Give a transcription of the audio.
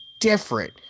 different